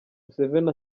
museveni